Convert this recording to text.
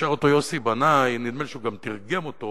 ששר אותו יוסי בנאי שנדמה לי שגם תרגם אותו.